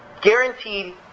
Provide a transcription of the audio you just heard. guaranteed